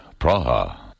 Praha